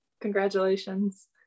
congratulations